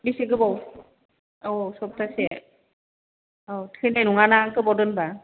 बेसे गोबाव औ सप्तासे औ थैनाय नङा ना गोबाव दोनबा